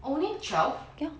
only twelve